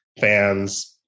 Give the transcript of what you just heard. fans